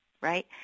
right